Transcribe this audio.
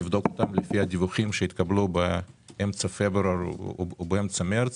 נבדוק אותם לפי הדיווחים שיתקבלו באמצע פברואר ובאמצע מרס.